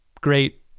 great